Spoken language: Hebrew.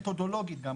גם מתודולוגית.